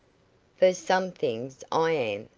for some things i am,